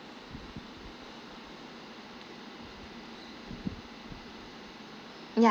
yeah